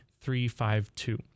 three-five-two